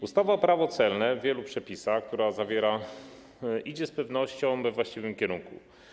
Ustawa - Prawo celne w wielu przepisach, które zawiera, idzie z pewnością we właściwym kierunku.